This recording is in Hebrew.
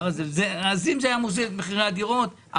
את מחירי הדירות או לא הוזיל את מחירי הדירות.